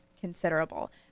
considerable